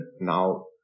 now